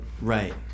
Right